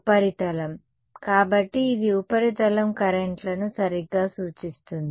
ఉపరితలం కాబట్టి ఇది ఉపరితల కరెంట్ లను సరిగ్గా సూచిస్తుంది